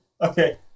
Okay